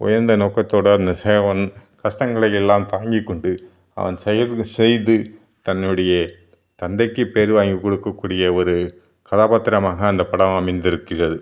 உயர்ந்த நோக்கத்தோட கஸ்டங்களை எல்லாம் தாங்கி கொண்டு அவன் செய்றதை செய்து தன்னுடைய தந்தைக்கு பேர் வாங்கி கொடுக்கக்கூடிய ஒரு கதாபாத்திரமாக அந்த படம் அமைந்திருக்கிறது